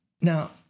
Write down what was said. Now